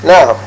Now